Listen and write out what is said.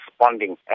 responding